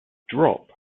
drop